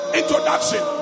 introduction